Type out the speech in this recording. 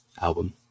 album